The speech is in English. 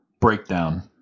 breakdown